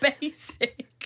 basic